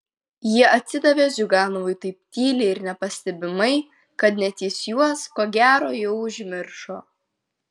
jie atsidavė ziuganovui taip tyliai ir nepastebimai kad net jis juos ko gero jau užmiršo